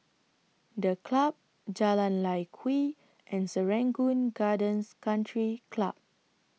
The Club Jalan Lye Kwee and Serangoon Gardens Country Club